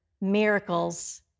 miracles